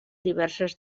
diverses